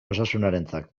osasunarentzat